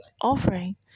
offering